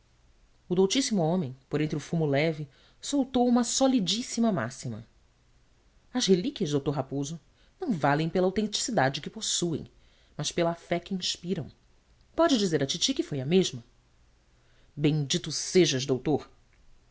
o doutíssimo homem por entre o fumo leve soltou uma solidíssima máxima as relíquias d raposo não valem pela autenticidade que possuem mas pela fé que inspiram pode dizer à titi que foi a mesma bendito sejas doutor